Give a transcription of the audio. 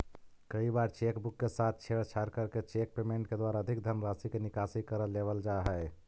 कई बार cheque book के साथ छेड़छाड़ करके चेक पेमेंट के द्वारा अधिक धनराशि के निकासी कर लेवल जा हइ